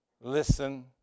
listen